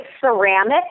ceramic